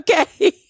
Okay